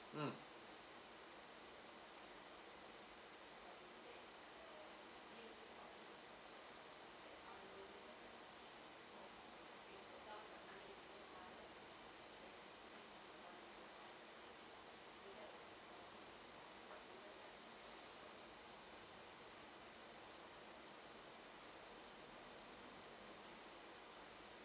mm